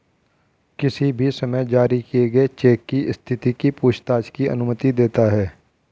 किसी भी समय जारी किए चेक की स्थिति की पूछताछ की अनुमति देता है